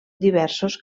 diversos